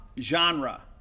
genre